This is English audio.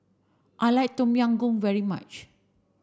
I like Tom Yam Goong very much